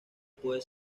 puede